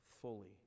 fully